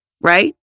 right